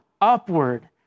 upward